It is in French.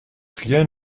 rien